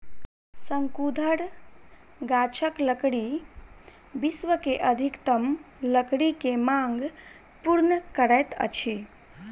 शंकुधर गाछक लकड़ी विश्व के अधिकतम लकड़ी के मांग पूर्ण करैत अछि